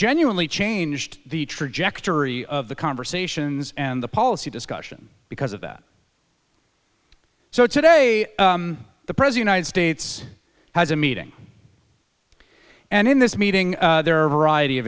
genuinely changed the trajectory of the conversations and the policy discussion because of that so today the president ited states has a meeting and in this meeting there are a variety of